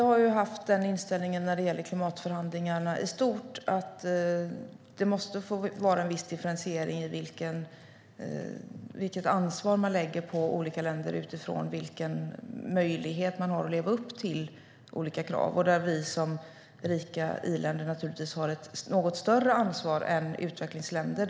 Herr talman! När det gäller klimatförhandlingarna i stort har vi haft inställningen att det måste få vara en viss differentiering av vilket ansvar man lägger på olika länder utifrån vilken möjlighet de har att leva upp till olika krav. Vi som rika i-länder har naturligtvis ett något större ansvar än utvecklingsländer.